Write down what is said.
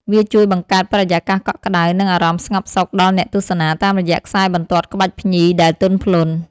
វាជួយបង្កើតបរិយាកាសកក់ក្ដៅ និងអារម្មណ៍ស្ងប់សុខដល់អ្នកទស្សនា តាមរយៈខ្សែបន្ទាត់ក្បាច់ភ្ញីដែលទន់ភ្លន់។